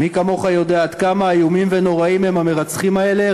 מי כמוך יודע עד כמה איומים ונוראים הם המרצחים האלה,